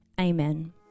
Amen